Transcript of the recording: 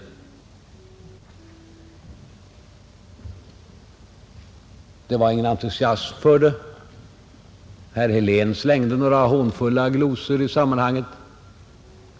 Det var ingen entusiasm för detta förslag, Herr Helén slängde några hånfulla glosor i sammanhanget.